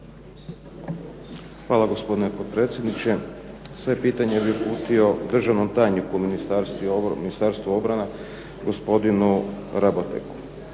Hvala gospodine potpredsjedniče. Svoje pitanje bih uputio državnom tajniku Ministarstvu obrane, gospodinu Rabotegu.